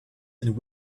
and